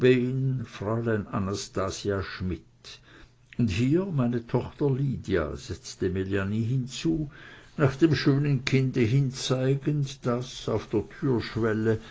fräulein anastasia schmidt und hier meine tochter lydia setzte melanie hinzu nach dem schönen kinde hinzeigend das auf der türschwelle